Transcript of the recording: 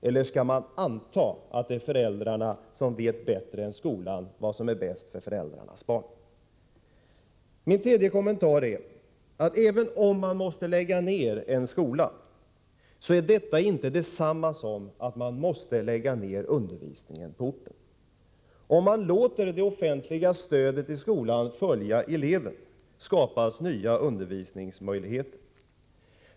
Eller skall man anta att det är föräldrarna som vet bättre än skolan vad som är bäst för föräldrarnas barn? Min tredje kommentar är att även om en skola måste läggas ned är det inte detsamma som att undervisningen på orten måste läggas ned. Om det offentliga stödet till skolan får följa eleven skapas nya undervisningsmöjligheter.